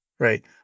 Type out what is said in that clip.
right